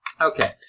Okay